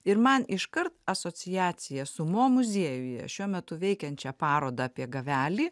ir man iškart asociacija su mo muziejuje šiuo metu veikiančią parodą apie gavelį